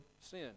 sin